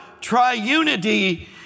triunity